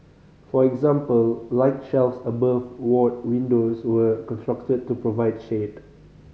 for example light shelves above ward windows were constructed to provide shade